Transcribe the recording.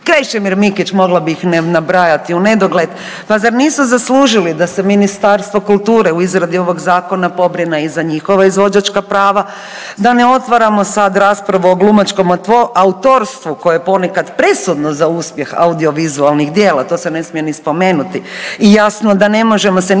Krešimir Mikić mogla bi ih nabrajati u nedogled pa zar nisu zaslužili da se Ministarstvo kulture u izradi ovog zakona pobrine i za njihova izvođačka prava? Da ne otvaramo sada raspravu o glumačkom autorstvu koje je nekada presudno za uspjeh audiovizualnih djela, to se ne smije ni spomenuti i jasno da ne možemo se ni